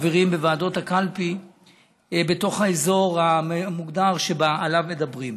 חברים בוועדות הקלפי בתוך האזור המוגדר שעליו מדברים.